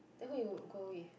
then who you would go with